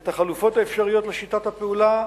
את החלופות האפשריות לשיטת הפעולה,